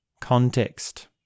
context